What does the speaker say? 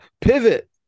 Pivot